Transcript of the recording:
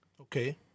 Okay